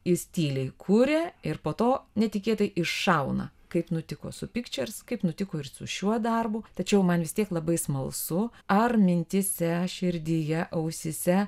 jis tyliai kuria ir po to netikėtai iššauna kaip nutiko su pictures kaip nutiko ir su šiuo darbu tačiau man vis tiek labai smalsu ar mintyse širdyje ausyse